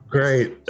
Great